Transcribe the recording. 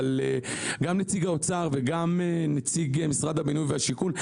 אבל גם נציג האוצר וגם נציג משרד הבינוי והשיכון,